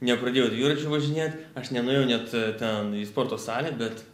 nepradėjau dviračiu važinėt aš nenuėjau net ten į sporto salę bet